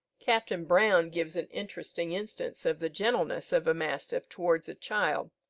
captain brown gives an interesting instance of the gentleness of a mastiff towards a child.